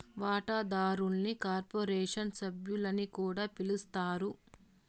వాటాదారుల్ని కార్పొరేషన్ సభ్యులని కూడా పిలస్తారు